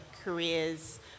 careers